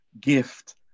gift